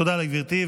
תודה לגברתי.